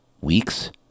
weeks